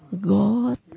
God